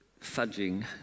fudging